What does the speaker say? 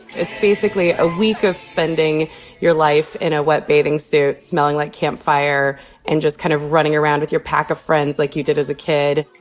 it's basically a week of spending your life in a wet bathing suit smelling like campfire and just kind of running around with your pack of friends like you did as a kid,